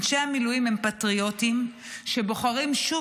אנשי המילואים הם פטריוטים,